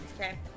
Okay